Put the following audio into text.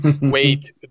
wait